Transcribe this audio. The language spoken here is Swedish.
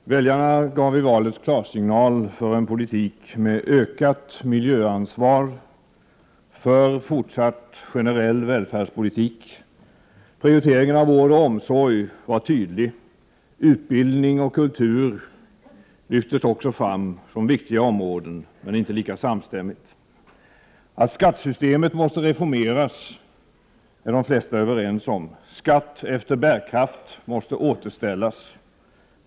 Herr talman! Väljarna gav i valet klarsignal för en politik för ökat miljöansvar, för fortsatt generell välfärdspolitik. Prioriteringen av vård och omsorg var tydlig. Utbildning och kultur lyftes fram som viktiga områden, men inte lika samstämmigt. Att skattesystemet måste reformeras är de flesta överens om. Skatt efter bärkraft måste återställas.